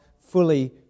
fully